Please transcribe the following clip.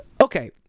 Okay